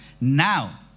now